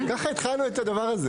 ככה התחלנו את הדבר הזה.